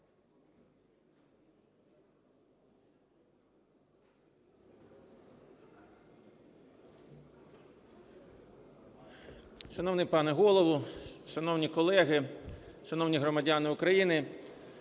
Шановний пане Голово, шановні колеги, шановні громадяни України!